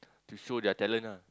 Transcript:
to show their talent ah